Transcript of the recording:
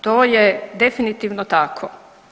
To je definitivno tako.